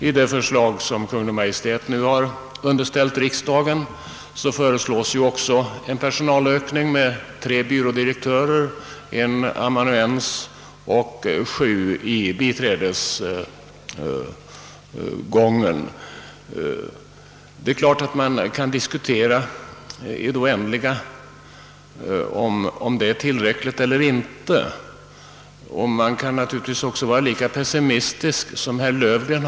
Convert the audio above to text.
I det förslag som Kungl. Maj:t nu har underställt riksdagen föreslås också en personalökning med tre byrådirektörer, en amanuensoch sju biträdesbefattningar. Man kan naturligtvis diskutera i det oändliga om detta är tillräckligt eller inte och man kan vara lika pessimistisk som herr Löfgren.